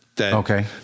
Okay